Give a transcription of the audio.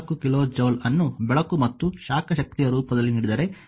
4 kilo joule ಅನ್ನು ಬೆಳಕು ಮತ್ತು ಶಾಖ ಶಕ್ತಿಯ ರೂಪದಲ್ಲಿ ನೀಡಿದರೆ